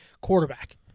quarterback